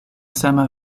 sama